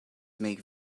make